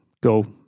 go